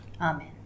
Amen